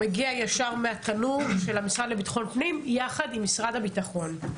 מגיע ישר מהתנור בשביל המשרד לביטחון פנים יחד עם משרד הביטחון.